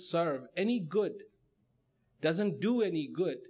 serve any good doesn't do any good